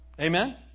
Amen